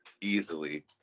easily